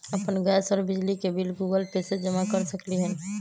अपन गैस और बिजली के बिल गूगल पे से जमा कर सकलीहल?